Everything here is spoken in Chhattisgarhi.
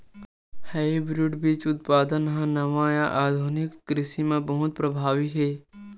हाइब्रिड बीज उत्पादन हा नवा या आधुनिक कृषि मा बहुत प्रभावी हे